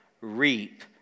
reap